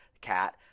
cat